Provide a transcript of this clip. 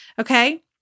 Okay